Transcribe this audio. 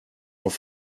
auf